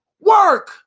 Work